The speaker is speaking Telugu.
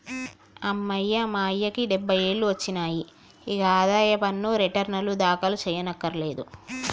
అమ్మయ్య మా అయ్యకి డబ్బై ఏండ్లు ఒచ్చినాయి, ఇగ ఆదాయ పన్ను రెటర్నులు దాఖలు సెయ్యకర్లేదు